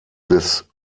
des